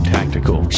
Tactical